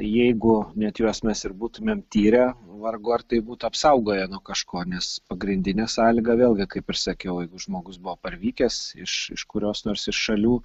jeigu net juos mes ir būtumėm tyrę vargu ar tai būtų apsaugoję nuo kažko nes pagrindinė sąlyga vėlgi kaip ir sakiau jeigu žmogus buvo parvykęs iš iš kurios nors iš šalių